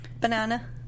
Banana